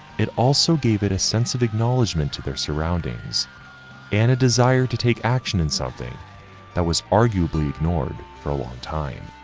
it also gave it a sense of acknowledgment to their surroundings and a desire to take action in something that was arguably ignored for a long time.